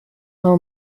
hill